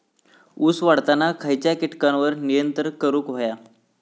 ऊस वाढताना खयच्या किडींवर नियंत्रण करुक व्हया?